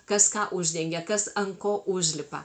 kas ką uždengia kas ant ko užlipa